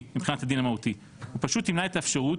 מבחינת הדין המהותי אלא הוא פשוט ימנע את האפשרות